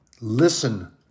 Listen